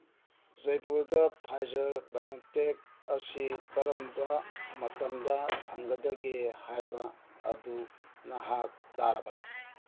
ꯖꯩꯄꯨꯔꯗ Pfizer BioNTech ꯑꯁꯤ ꯀꯔꯝꯕ ꯃꯇꯝꯗ ꯐꯪꯒꯗꯒꯦ ꯍꯥꯏꯕ ꯑꯗꯨ ꯅꯍꯥꯛ ꯇꯥꯔꯕꯔꯥ